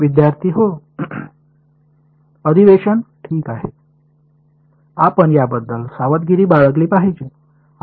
विद्यार्थी हो अधिवेशन ठीक आहे आपण याबद्दल सावधगिरी बाळगली पाहिजे